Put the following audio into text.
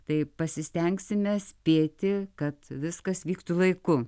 tai pasistengsime spėti kad viskas vyktų laiku